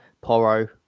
Porro